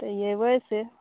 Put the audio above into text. तऽ अएबै से